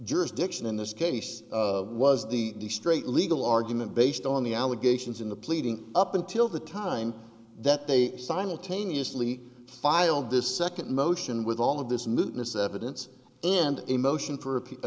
jurisdiction in this case of was the straight legal argument based on the allegations in the pleading up until the time that they simultaneously filed this second motion with all of this new this evidence and a motion for a